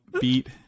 beat